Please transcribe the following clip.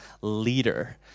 leader